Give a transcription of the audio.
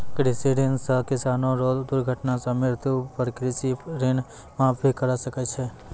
कृषि ऋण सह किसानो रो दुर्घटना सह मृत्यु पर कृषि ऋण माप भी करा सकै छै